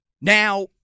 Now